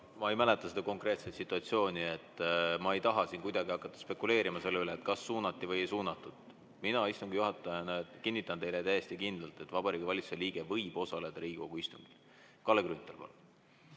ma ei mäleta seda konkreetset situatsiooni. Ma ei taha siin kuidagi hakata spekuleerima selle üle, kas suunati või ei suunatud. Mina istungi juhatajana kinnitan teile täiesti kindlalt, et Vabariigi Valitsuse liige võib osaleda Riigikogu istungil. Kalle Grünthal, palun!